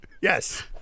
Yes